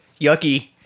Yucky